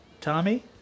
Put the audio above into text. Tommy